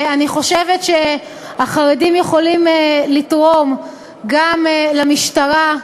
אני חושבת שהחרדים יכולים לתרום גם למשטרה,